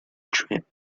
trip